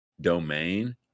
domain